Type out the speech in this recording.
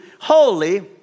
holy